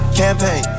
campaign